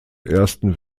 ersten